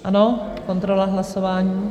Ano, kontrola hlasování.